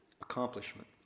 accomplishment